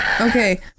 Okay